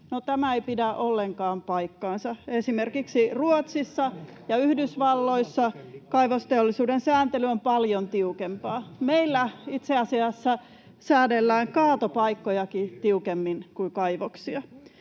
tämä ei pidä ollenkaan paikkaansa. Esimerkiksi Ruotsissa ja Yhdysvalloissa kaivosteollisuuden sääntely on paljon tiukempaa. Meillä itse asiassa säädellään kaatopaikkojakin tiukemmin kuin kaivoksia.